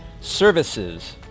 services